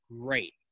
great